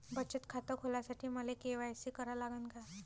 बचत खात खोलासाठी मले के.वाय.सी करा लागन का?